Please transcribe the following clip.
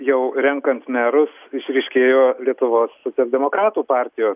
jau renkant merus išryškėjo lietuvos socialdemokratų partijos